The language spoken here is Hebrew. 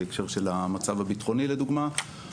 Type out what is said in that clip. בהקשר של המצב הביטחוני לדוגמא,